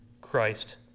Christ